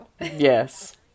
Yes